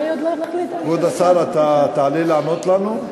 כבוד השר, אתה תעלה לענות לנו?